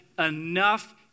enough